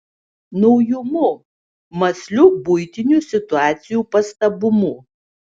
naujumu mąsliu buitinių situacijų pastabumu